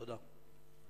תודה.